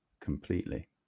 completely